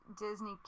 Disney